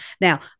now